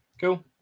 Cool